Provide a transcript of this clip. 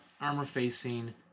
armor-facing